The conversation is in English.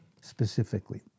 specifically